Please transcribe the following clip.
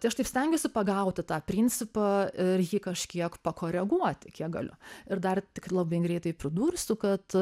tai aš taip stengiuosi pagauti tą principą ir jį kažkiek pakoreguoti kiek galiu ir dar tik labai greitai pridursiu kad